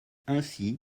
ainsi